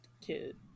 kid